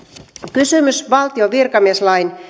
kysymys valtion